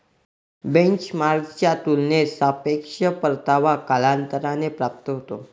बेंचमार्कच्या तुलनेत सापेक्ष परतावा कालांतराने प्राप्त होतो